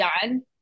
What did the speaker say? done